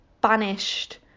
banished